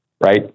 Right